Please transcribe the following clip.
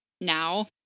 now